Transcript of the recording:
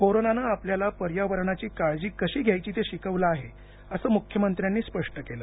कोरोनानं आपल्याला पर्यावरणाची काळजी कशी घ्यायची ते शिकवलं आहे असं मुख्यमंत्र्यांनी स्पष्ट केलं